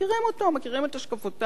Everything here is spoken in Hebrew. מכירים אותו, מכירים את השקפותיו.